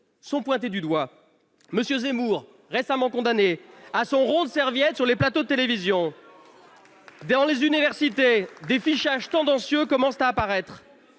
sont pointés du doigt. M. Zemmour, récemment condamné, a son rond de serviette sur les plateaux de télévision. Dans les universités, des fichages tendancieux commencent à apparaître.